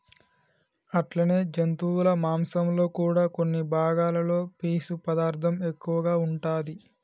అట్లనే జంతువుల మాంసంలో కూడా కొన్ని భాగాలలో పీసు పదార్థం ఎక్కువగా ఉంటాది